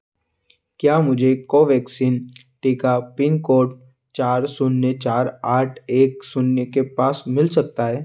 क्या मुझे कोवैक्सीन टीका पिन कोड चार शून्य चार आठ एक शून्य के पास मिल सकता है